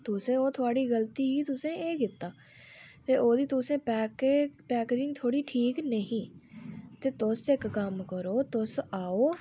तुसें ओह् थुआढ़ी गलती ही तुसें एह् कीता ते ओह्दी तुसें पैक के पैकेजिंग थोह्ड़ी ठीक निं ही ते तुस इक कम्म करो तुस आओ